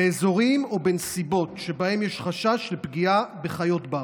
באזורים ובנסיבות שבהם יש חשש לפגיעה בחיות בר.